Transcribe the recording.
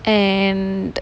and